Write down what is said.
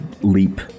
leap